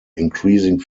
increasing